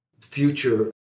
future